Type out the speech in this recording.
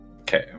Okay